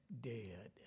dead